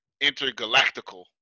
intergalactical